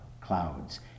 Clouds